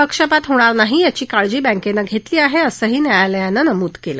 पक्षपात होणार नाही याची काळजी बँकेनं घेतली आहे असंही न्यायालयानं नमूद केलं